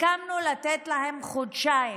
הסכמנו לתת להם חודשיים,